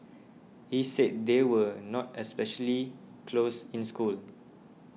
he said they were not especially close in school